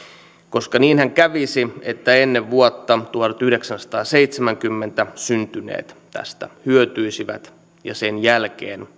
koska niinhän kävisi että ennen vuotta tuhatyhdeksänsataaseitsemänkymmentä syntyneet tästä hyötyisivät ja sen jälkeen